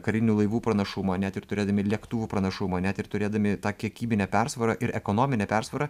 karinių laivų pranašumą net ir turėdami lėktuvų pranašumą net ir turėdami tą kiekybinę persvarą ir ekonominę persvarą